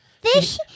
Fish